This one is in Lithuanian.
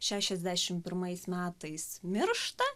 šešiasdešim pirmais metais miršta